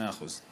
מאה אחוז.